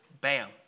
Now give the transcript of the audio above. bam